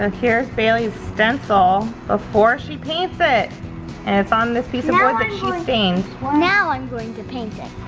here's bailey's stencil, before she paints it, and it's on this piece of wood that she stained. now, i'm going to paint it.